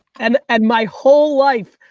and and my whole life,